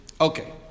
okay